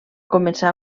començar